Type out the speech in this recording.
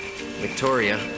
Victoria